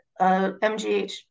MGH